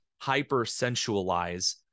hyper-sensualize